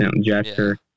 gesture